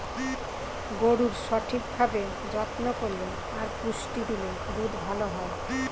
গরুর সঠিক ভাবে যত্ন করলে আর পুষ্টি দিলে দুধ ভালো হয়